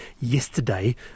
yesterday